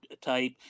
Type